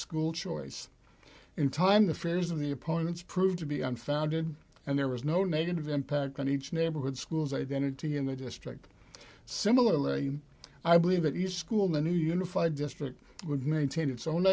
school choice in time the fears of the opponents proved to be unfounded and there was no negative impact on each neighborhood schools identity in the district similarly i believe that each school the new unified district would maintain its own